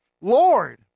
Lord